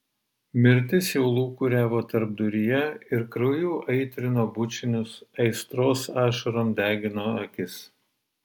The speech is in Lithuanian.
mirtis jau lūkuriavo tarpduryje ir krauju aitrino bučinius aistros ašarom degino akis